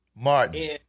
Martin